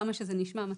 כמה שזה נשמע מצחיק.